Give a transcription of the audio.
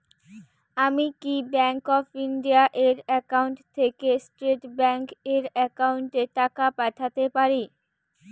আমি কি bank of India এর একাউন্ট থেকে স্টেট ব্যাংক এর একাউন্টে টাকা পাঠাতে পারি?